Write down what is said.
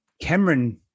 Cameron